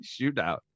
shootout